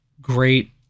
great